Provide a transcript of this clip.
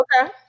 Okay